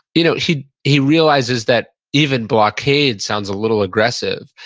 you know he he realizes that even blockade sounds a little aggressive.